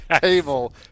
table